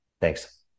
Thanks